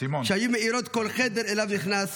שהיו מאירות כל חדר שאליו נכנס,